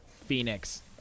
Phoenix